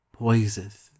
Poiseth